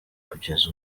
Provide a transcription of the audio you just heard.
kugeza